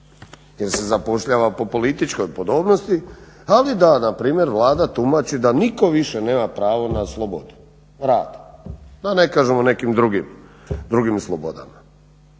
jer se zapošljava po političkoj podobnosti ali da npr. Vlada tumači da nitko više nema pravo na slobodu rada, da ne kažem o nekim drugim slobodama.